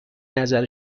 نظر